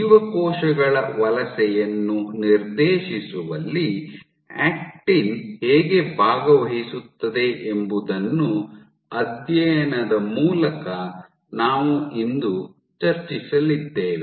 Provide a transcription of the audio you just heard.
ಜೀವಕೋಶಗಳ ವಲಸೆಯನ್ನು ನಿರ್ದೇಶಿಸುವಲ್ಲಿ ಆಕ್ಟಿನ್ ಹೇಗೆ ಭಾಗವಹಿಸುತ್ತದೆ ಎಂಬುದನ್ನು ಅಧ್ಯಯನದ ಮೂಲಕ ನಾವು ಇಂದು ಚರ್ಚಿಸಲಿದ್ದೇವೆ